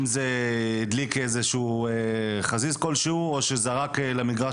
אם הוא הדליק חזיז כלשהו או שהוא זרק למגרש